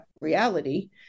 reality